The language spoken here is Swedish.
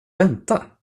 vänta